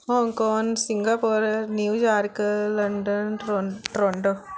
Hong Kong Singapore New York London ਟ੍ਰੋਨ Toronto